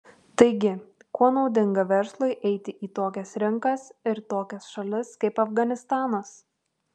taigi kuo naudinga verslui eiti į tokias rinkas ir tokias šalis kaip afganistanas